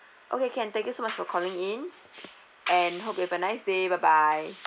okay can thank you so much for calling in and hope you have a nice day bye bye